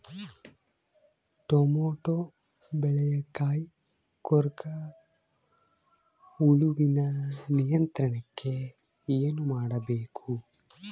Tomato ಬೆಳೆಯ ಕಾಯಿ ಕೊರಕ ಹುಳುವಿನ ನಿಯಂತ್ರಣಕ್ಕೆ ಏನು ಮಾಡಬೇಕು?